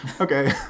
okay